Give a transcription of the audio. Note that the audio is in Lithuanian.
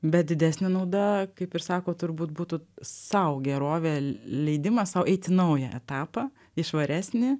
bet didesnė nauda kaip ir sakot turbūt būtų sau gerovė leidimas sau eit į naują etapą į švaresnį